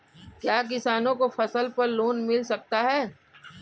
क्या किसानों को फसल पर लोन मिल सकता है?